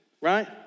right